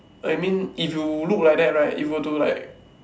I mean if you look like that right it would to like